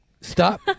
Stop